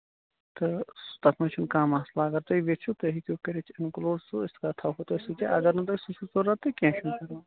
تہٕ تَتھ منٛز چھُنہٕ کانٛہہ مَسلہٕ اَگر تُہۍ گژھِو تُہۍ ہیٚکو کٔرِتھ اِنکٔلوٗڈ سُہ أسۍ تھاوہو تۄہہِ سُہِ تہِ اَگر نہٕ تۄہہِ سُہ چھُو ضروٗرت تہٕ کیٚنٛہہ چھُنہٕ